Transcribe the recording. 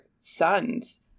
sons